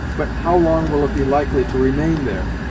but, how long will it be likely to remain there?